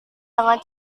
dengan